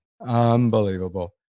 Unbelievable